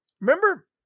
remember